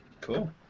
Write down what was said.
Cool